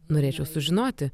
norėčiau sužinoti